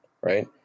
right